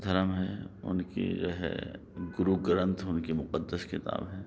دھرم ہے اُن کی جو ہے گرو گرنتھ اُن کی مقدس کتاب ہے